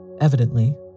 Evidently